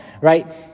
right